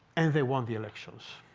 and they won the elections.